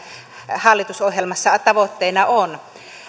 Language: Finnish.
hallitusohjelmassa tavoitteena on